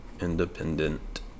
Independent